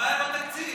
הבעיה היא לא תקציב.